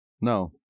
No